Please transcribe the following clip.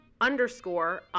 underscore